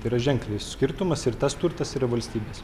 tai yra ženkliai skirtumas ir tas turtas yra valstybės